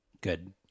Good